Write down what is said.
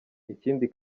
ikindi